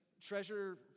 treasure